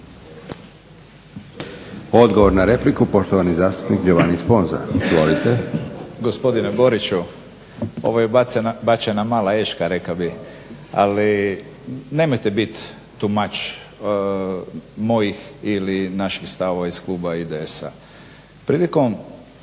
Odgovor na repliku, poštovani zastupnik Branko Vukšić. Izvolite.